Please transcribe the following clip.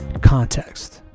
context